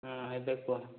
ହଁ ଏବେ କୁହ